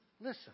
listen